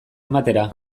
ematera